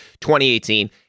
2018